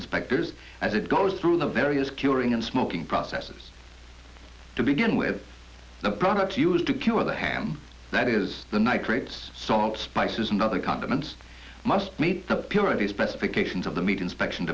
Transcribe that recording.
inspectors as it goes through the various curing and smoking processes to begin with the products used to cure the ham that is the nitrates salt spices and other condiments must meet the purity specifications of the meat inspection